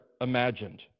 imagined